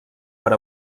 per